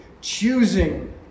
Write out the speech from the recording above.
choosing